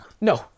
no